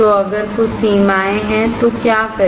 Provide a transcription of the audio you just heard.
तो अगर कुछ सीमाएँ हैं तो क्या करें